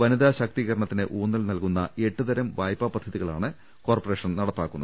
വനിതാ ശാക്തീകരണത്തിന് ഊന്നൽ നൽകുന്ന എട്ടുതരം വായ്പാ പദ്ധതിക ളാണ് കോർപറേഷൻ നടപ്പാക്കുന്നത്